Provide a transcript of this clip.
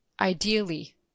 ideally